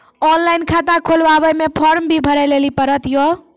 Online खाता खोलवे मे फोर्म भी भरे लेली पड़त यो?